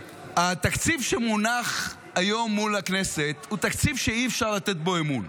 התקציב שמונח היום מול הכנסת הוא תקציב שאי-אפשר לתת בו אמון.